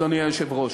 אדוני היושב-ראש.